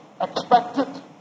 expected